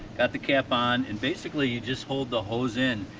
got the cap on and basically you just hold the hose in,